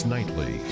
Nightly